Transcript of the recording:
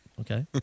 Okay